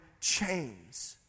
chains